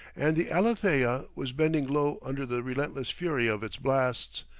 and the alethea was bending low under the relentless fury of its blasts,